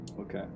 Okay